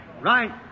Right